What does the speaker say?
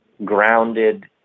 grounded